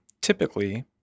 typically